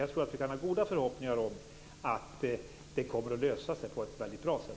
Jag tror att vi kan ha goda förhoppningar om att det kommer att lösa sig på ett verkligt bra sätt.